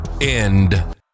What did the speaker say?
end